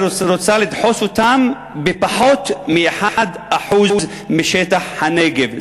רוצה לדחוס אותם בפחות מ-1% משטח הנגב.